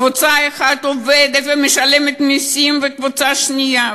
קבוצה אחת עובדת ומשלמת מסים, וקבוצה שנייה?